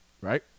Right